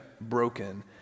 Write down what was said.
broken